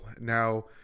now